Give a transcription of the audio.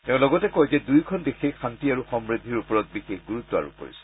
তেওঁ লগতে কয় যে দুয়োখন দেশেই শান্তি আৰু সমূদ্ধিৰ ওপৰত বিশেষ গুৰুত্ব আৰোপ কৰিছে